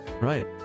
Right